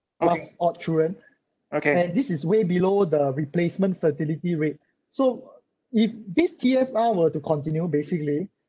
plus odd children and this is way below the replacement fertility rate so if this T_F_R were to continue basically